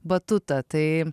batutą tai